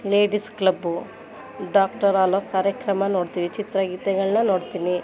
ladies club doctor ಅಲೋ ಕಾರ್ಯಕ್ರಮ ನೋಡ್ತೀವಿ ಚಿತ್ರಗೀತೆಗಳನ್ನ ನೋಡ್ತೀನಿ